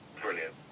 Brilliant